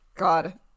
god